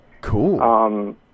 Cool